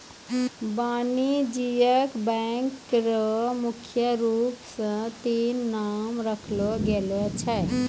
वाणिज्यिक बैंक र मुख्य रूप स तीन नाम राखलो गेलो छै